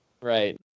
Right